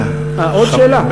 עוד שאלה?